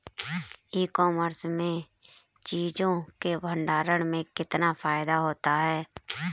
ई commerce में चीज़ों के भंडारण में कितना फायदा होता है?